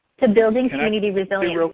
to building community resilience.